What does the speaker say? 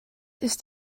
ist